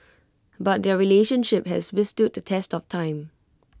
but their relationship has withstood the test of time